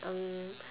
um